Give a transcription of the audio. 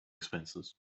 expenses